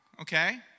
okay